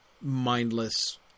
mindless